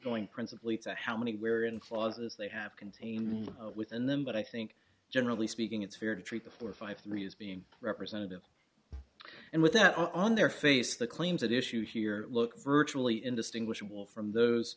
going principally to how many where in clauses they have contained within them but i think generally speaking it's fair to treat the forty five to me as being representative and with that on their face the claims at issue here look virtually indistinguishable from those